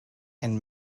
and